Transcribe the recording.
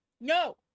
No